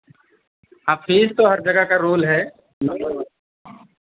हाँ फ़ीस तो हर जगह का रूल है नम्बर वन